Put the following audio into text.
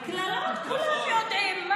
קללות כולם יודעים.